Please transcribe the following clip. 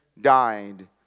died